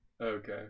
Okay